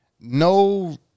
No